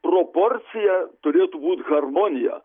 proporcija turėtų būt harmonija